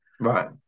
Right